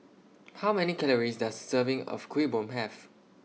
How Many Calories Does A Serving of Kuih Bom Have